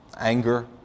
anger